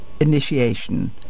initiation